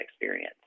experience